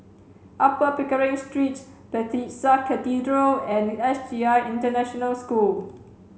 Upper Pickering Street Bethesda Cathedral and S J I International School